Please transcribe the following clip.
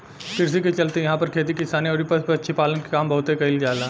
कृषि के चलते इहां पर खेती किसानी अउरी पशु पक्षी पालन के काम बहुत कईल जाला